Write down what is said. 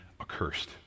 accursed